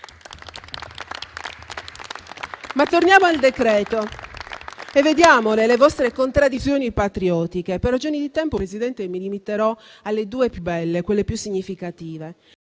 Ma torniamo al decreto e vediamo le vostre contraddizioni patriottiche. Per ragioni di tempo, signor Presidente, mi limiterò alle due più belle, le più significative.